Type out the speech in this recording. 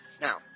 Now